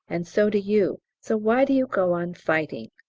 and so do you, so why do you go on fighting?